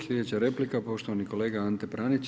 Sljedeća replika poštovani kolega Ante Pranić.